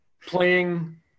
playing